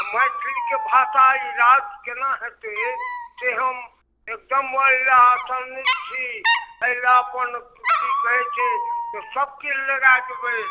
आओर मैथिलीके भाषा ई राष्ट केना हेतै से हम एकदम मैरासन्न छी एहिलए अपन कि कहै छै सबकिछु लगा देबै